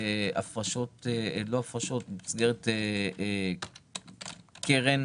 במסגרת קרן